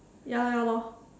ya lor ya lor